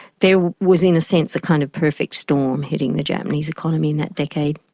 there was in a sense a kind of perfect storm hitting the japanese economy in that decade.